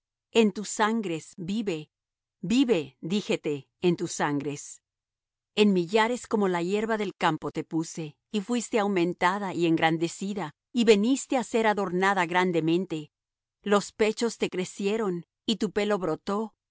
en tus sangres vive vive díjete en tus sangres en millares como la hierba del campo te puse y fuiste aumentada y engrandecida y viniste á ser adornada grandemente los pechos te crecieron y tu pelo brotó